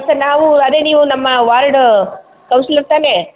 sir ನಾವು ಅದೇ ನೀವು ನಮ್ಮ ವಾರ್ಡು ಕೌನ್ಸಿಲರ್ ತಾನೇ